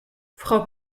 frau